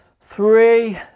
Three